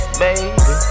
baby